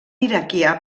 iraquià